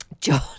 John